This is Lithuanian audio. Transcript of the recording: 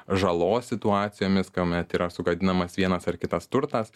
žalos situacijomis kuomet yra sugadinamas vienas ar kitas turtas